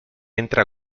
entra